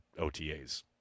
OTAs